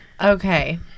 Okay